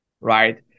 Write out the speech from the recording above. right